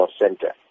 Center